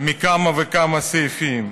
מכמה וכמה סעיפים,